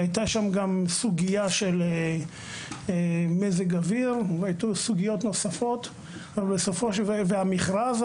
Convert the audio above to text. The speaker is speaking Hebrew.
הייתה שם סוגיה של מזג אוויר והיו סוגיות נוספות ועניין המכרז,